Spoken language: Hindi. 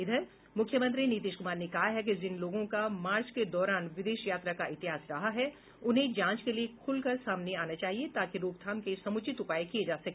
इधर मुख्यमंत्री नीतीश कुमार ने कहा है कि जिन लोगों का मार्च के दौरान विदेश यात्रा का इतिहास रहा है उन्हें जांच के लिए खुलकर सामने आना चाहिए ताकि रोकथाम के समुचित उपाय किये जा सके